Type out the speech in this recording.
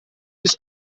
bis